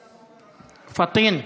פטין.